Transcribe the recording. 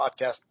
podcast